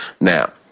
Now